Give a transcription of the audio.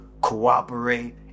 cooperate